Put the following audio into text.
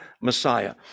Messiah